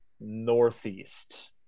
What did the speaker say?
Northeast